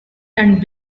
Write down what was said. and